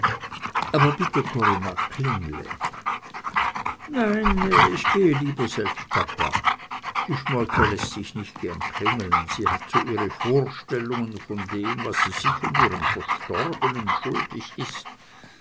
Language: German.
aber bitte corinna klingle nein ich gehe lieber selbst papa die schmolke läßt sich nicht gerne klingeln sie hat so ihre vorstellungen von dem was sie sich und ihrem verstorbenen schuldig ist